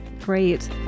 Great